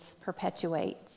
perpetuates